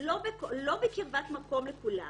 לא בקרבת מקום לכולם,